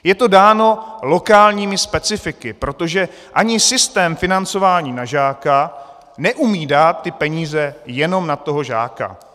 Je to dáno lokálními specifiky, protože ani systém financování na žáka neumí dát peníze jenom na toho žáka.